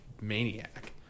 maniac